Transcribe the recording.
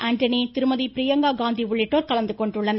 ஆண்டனி திருமதி பிரியங்கா காந்தி உள்ளிட்டோர் கலந்துகொண்டுள்ளனர்